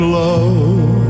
love